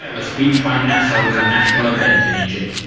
the speech by nasser was a national event in egypt,